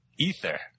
Ether